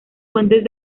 fuentes